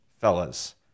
fellas